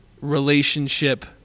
relationship